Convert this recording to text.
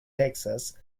texas